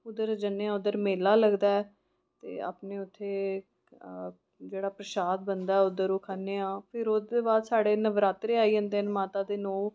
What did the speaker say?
उद्दर जन्नेआं उद्दर मेला लगदा ऐ ते अपने उत्थें जेह्ड़ा प्रशाद बनदा ऐ उद्दर ओह् खन्नेआं फिर ओह्दे बाद साढ़े नवरात्रे आई जंदे न माता दे नौ